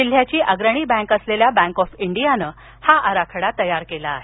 जिल्ह्याची अग्रणी बँक असलेल्या बँक ऑफ इंडियानं हा आराखडा तयार केला आहे